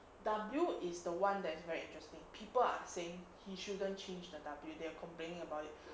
W is the one that is very interesting people are saying he shouldn't change the W they're complaining about it